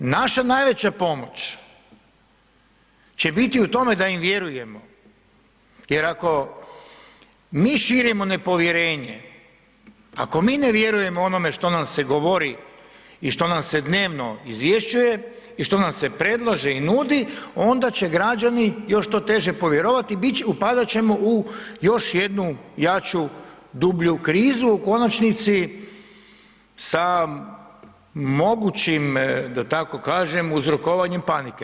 Naša najveća pomoć će biti u tome da im vjerujemo, jer ako mi širimo nepovjerenje, ako mi ne vjerujemo onome što nam se govori i što nam se dnevno izvješćuje i što nam se predlaže i nudi onda će građani još to teže povjerovati i upadati ćemo u još jednu jaču, dublju krizu u konačnici sa mogućim da tako kažem uzrokovanjem panike.